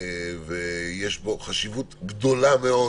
יש פה חשיבות גדולה מאוד